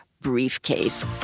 briefcase